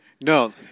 No